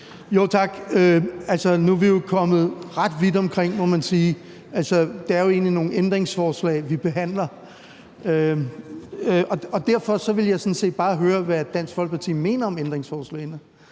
Altså, nu er vi jo kommet ret vidt omkring, må man sige. Det er jo egentlig nogle ændringsforslag, vi behandler, og derfor vil jeg sådan set bare høre, hvad Dansk Folkeparti mener om ændringsforslagene.